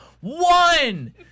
One